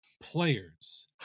players